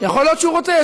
יכול להיות שהוא רוצה.